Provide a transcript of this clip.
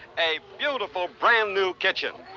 a beautiful brand-new kitchen!